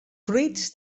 fruits